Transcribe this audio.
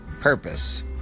purpose